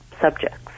subjects